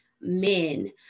men